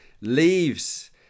leaves